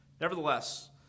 Nevertheless